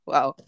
Wow